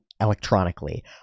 electronically